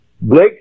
Blake